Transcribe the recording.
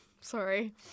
Sorry